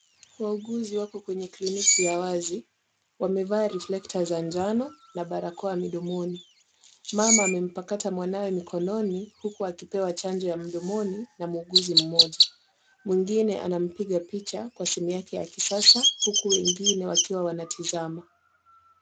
Wauguzi wako kwenye kliniki ya wazi. Wamevaa reflector za njano na barakoa midomoni. Mama amempakata mwanawe mikononi huku akipewa chanjo ya mdomoni na muuguzi mmoja. Mwingine anampiga picha kwa simu yake ya kisasa huku wengine wakiwa wanatazama.